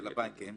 של הבנקים.